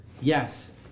Yes